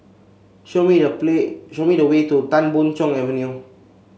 show me the play show me the way to Tan Boon Chong Avenue